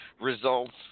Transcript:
results